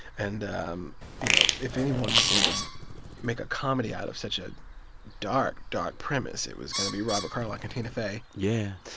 and um you know, if anyone was going to make a comedy out of such a dark, dark premise, it was going to be robert carlock and tina fey yeah.